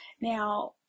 now